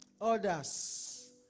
others